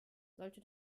sollte